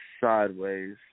sideways